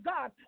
God